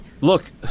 Look